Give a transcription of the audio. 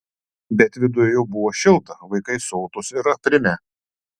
bet viduj jau buvo šilta vaikai sotūs ir aprimę